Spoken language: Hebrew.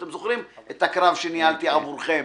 אתם זוכרים את הקרב שניהלתי עבורכם